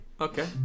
Okay